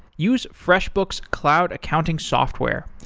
use freshbooks cloud accounting software.